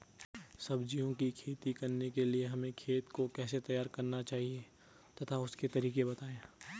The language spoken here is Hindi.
सब्जियों की खेती करने के लिए हमें खेत को कैसे तैयार करना चाहिए तथा उसके तरीके बताएं?